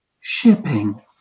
shipping